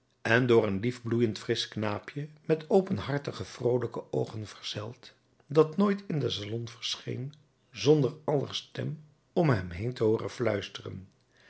en door een lief en bloeiend frisch knaapje met openhartige vroolijke oogen verzeld dat nooit in den salon verscheen zonder aller stem om hem heen te hooren fluisteren